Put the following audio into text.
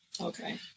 Okay